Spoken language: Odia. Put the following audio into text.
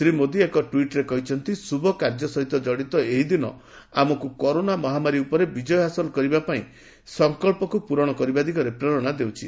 ଶ୍ରୀ ମୋଦୀ ଏକ ଟ୍ପିଟ୍ରେ କହିଛନ୍ତି ଶୁଭକାର୍ଯ୍ୟ ସହିତ ଜଡ଼ିତ ଏହି ଦିନ ଆମକୁ କରୋନା ମହାମାରୀ ଉପରେ ବିକୟ ହାସଲ କରିବା ପାଇଁ ସଫକ୍ସକୁ ପୂରଣ କରିବା ଦିଗରେ ପ୍ରେରଣା ଦେଉଛି